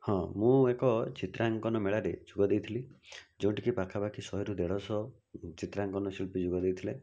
ହଁ ମୁଁ ଏକ ଚିତ୍ରାଙ୍କନ ମେଳାରେ ଯୋଗ ଦେଇଥିଲି ଯେଉଁଠିକି ପାଖାପାଖି ଶହେରୁ ଦେଢ଼ଶହ ଚିତ୍ରାଙ୍କନ ଶିଳ୍ପୀ ଯୋଗ ଦେଇଥିଲେ